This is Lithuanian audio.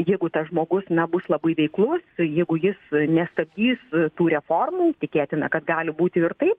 jeigu tas žmogus na bus labai veiklus jeigu jis nestabdys tų reformų tikėtina kad gali būti ir taip